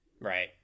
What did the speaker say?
Right